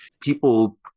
People